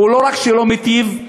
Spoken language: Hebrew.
לא רק שלא מיטיב,